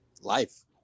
life